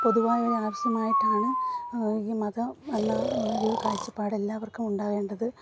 പൊതുവായ ആവശ്യമായിട്ടാണ് ഈ മതം എന്ന ഒരു കാഴ്ചപ്പാട് എല്ലാവർക്കും ഉണ്ടാകേണ്ടത്